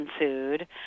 ensued